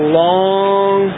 long